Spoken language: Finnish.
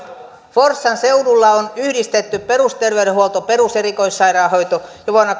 forssan seudulla on yhdistetty perusterveydenhuolto peruserikoissairaanhoito ja vuonna